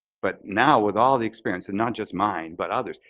but now with all the experience and not just mine, but others,